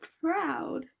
proud